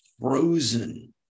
frozen